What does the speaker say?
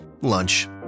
lunch